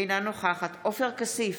אינה נוכחת עופר כסיף,